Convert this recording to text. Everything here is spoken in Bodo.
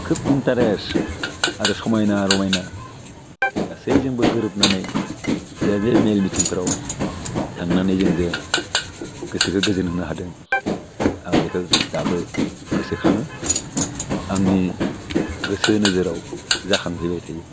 खोब इन्टारेस्ट आरो समायना रमायना गासैजोंबो गोरोबनानै जाय बे मेल मिथिंफोराव थांनानै जों जे गोसोखौ गोजोनहोनो हादों आं बेखौ दाबो गोसखाङो आंनि गोसो नोजोराव जाखांफैबाय थायो